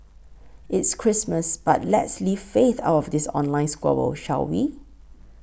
it's Christmas but let's leave faith out of this online squabble shall we